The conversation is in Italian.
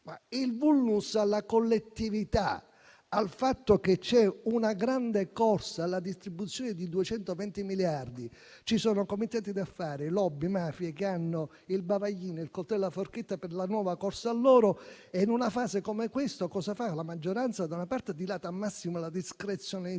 il *vulnus* alla collettività al fatto che c'è una grande corsa alla distribuzione di 220 miliardi. Ci sono comitati d'affari, *lobby* e mafie che hanno il bavaglino, il coltello e la forchetta per la nuova corsa all'oro e in una fase come questa la maggioranza cosa fa? Da una parte dilata al massimo la discrezionalità